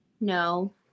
No